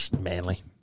Manly